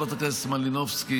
חברת הכנסת מלינובסקי,